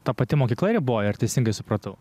ta pati mokykla riboja ar teisingai supratau